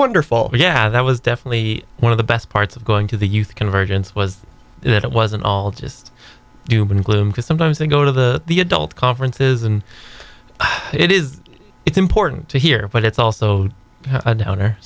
wonderful yeah that was definitely one of the best parts of going to the youth convergence was that it wasn't all just doom and gloom because sometimes they go to the the adult conferences and it is it's important to hear but it's also a downer